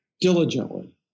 diligently